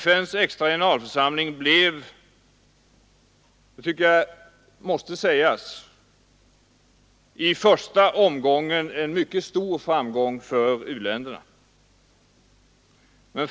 FN:s extra generalförsamling blev — det tycker jag måste sägas — en mycket stor framgång för u-länderna i första omgången.